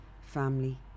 family